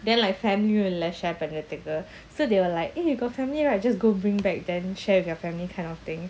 then like family இல்ல:illa share பண்றதுக்கு:panrathuku so they were like eh you got family right just go bring back then share with your family kind of thing